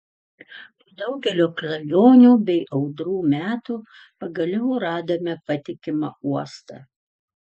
po daugelio klajonių bei audrų metų pagaliau radome patikimą uostą